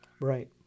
Right